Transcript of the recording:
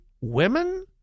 women